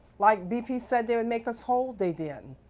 like, bp said they would make us whole. they didn't. and